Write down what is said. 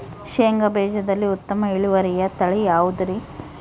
ಶೇಂಗಾ ಬೇಜದಲ್ಲಿ ಉತ್ತಮ ಇಳುವರಿಯ ತಳಿ ಯಾವುದುರಿ?